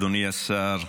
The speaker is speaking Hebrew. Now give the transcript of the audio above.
אדוני השר,